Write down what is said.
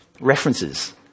references